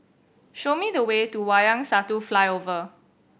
show me the way to Wayang Satu Flyover